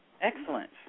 Excellent